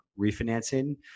refinancing